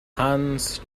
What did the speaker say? hans